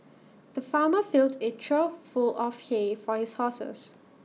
the farmer filled A trough full of hay for his horses